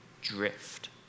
drift